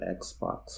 Xbox